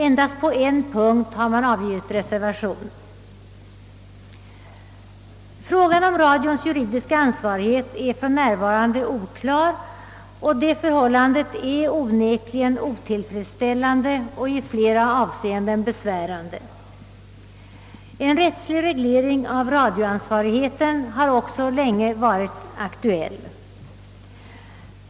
Endast på en punkt har reservation avgivits. Frågan om radions juridiska ansvarighet är för närvarande oklar, och detta förhållande är onekligen otillfredsställande och i flera avseenden besvärande. En rättslig reglering av radioansvarigheten har också länge varit aktuell.